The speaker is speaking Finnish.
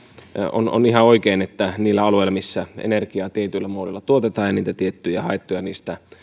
on on ihan oikein että niille alueille missä energiaa tietyillä muodoilla tuotetaan ja niitä tiettyjä haittoja niistä